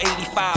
85%